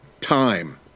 time